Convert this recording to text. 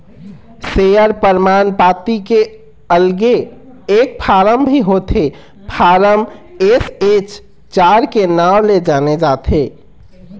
share परमान पाती के अलगे एक फारम भी होथे फारम एस.एच चार के नांव ले जाने जाथे